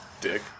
Dick